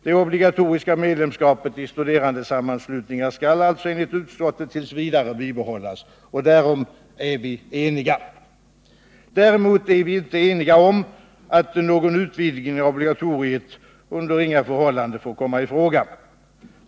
Det obligatoriska medlemskapet i studerandesammanslutningar skall alltså enligt utskottet tills vidare bibehållas. Därom är vi eniga. Däremot är vi inte eniga om att någon utvidgning av obligatoriet under inga förhållanden får komma i fråga.